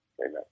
amen